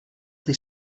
they